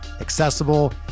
accessible